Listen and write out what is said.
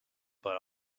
but